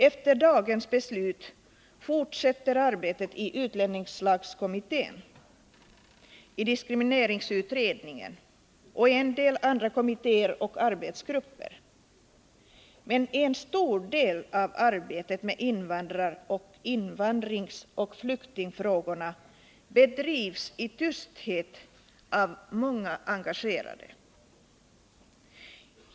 Efter dagens beslut fortsätter arbetet i utlänningslagkommittén, i diskrimineringsutredningen och i en del andra kommittéer och arbetsgrupper. Men en stor del av arbetet med invandrar-, invandringsoch flyktingfrågorna bedrivs i tysthet av många engagerade.